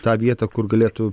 tą vietą kur galėtų